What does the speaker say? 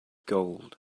gold